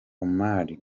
omar